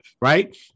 right